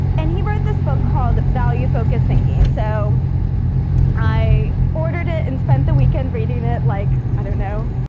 and he wrote this book called value-focused thinking. and so i ordered it and spend the weekend reading it, like, i don't know,